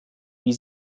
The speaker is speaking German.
wie